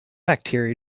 bacteria